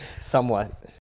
somewhat